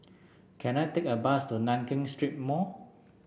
can I take a bus to Nankin Street Mall